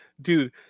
dude